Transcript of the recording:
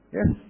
Yes